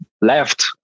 left